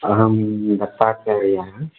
अहं दत्तात्रेयः